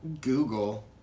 Google